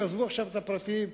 עזבו עכשיו את הפרטים,